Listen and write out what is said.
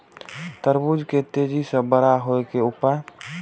तरबूज के तेजी से बड़ा होय के उपाय?